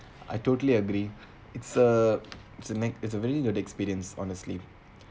I totally agree it's a it's a net it's a very good experience honestly